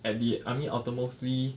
at the I mean ulti~ mostly